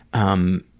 um